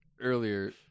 earlier